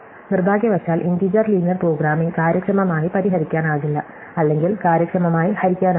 നിർഭാഗ്യവശാൽ integer linear programming കാര്യക്ഷമമായി പരിഹരിക്കാനാകില്ല അല്ലെങ്കിൽ കാര്യക്ഷമമായി ഹരിക്കാനാവില്ല